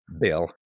Bill